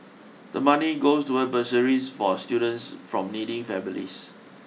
the money goes toward bursaries for students from needy families